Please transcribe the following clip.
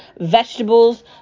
Vegetables